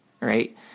Right